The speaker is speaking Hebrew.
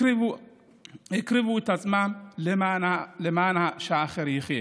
הקריבו את עצמם למען שהאחר יחיה